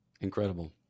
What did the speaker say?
Incredible